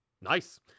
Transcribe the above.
Nice